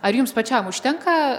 ar jums pačiam užtenka